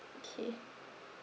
okay